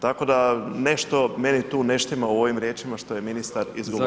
Tako da nešto meni tu ne štima u ovim riječima što je ministar izgovorio.